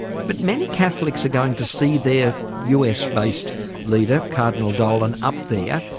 but many catholics are going to see their us-based leader, cardinal dolan up there.